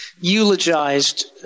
eulogized